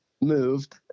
moved